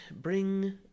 bring